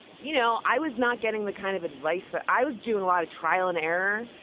you know, i was not getting the kind of advice that i was doing a lot of trial and error.